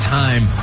time